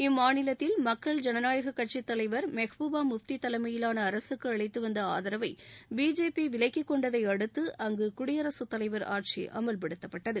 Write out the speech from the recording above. இம்மாநிலத்தில் மக்கள் ஜனநாயகக் கட்சித் தலைவர் மெஹ்புபா முப்தி தலைமையிலான அரசுக்கு அளித்து வந்த ஆதரவை பிஜேபி விலக்கிக் கொண்டதை அடுத்து அங்கு குடியரசுத் தலைவா் ஆட்சி அமல்படுத்தப்பட்டது